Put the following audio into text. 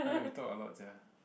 !huh! we talk a lot sia